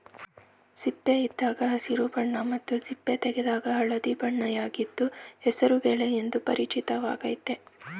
ಸಿಪ್ಪೆಯಿದ್ದಾಗ ಹಸಿರು ಬಣ್ಣ ಮತ್ತು ಸಿಪ್ಪೆ ತೆಗೆದಾಗ ಹಳದಿಯಾಗಿದ್ದು ಹೆಸರು ಬೇಳೆ ಎಂದು ಪರಿಚಿತವಾಗಯ್ತೆ